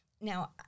Now